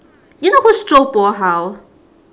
you know who is zhou bo hao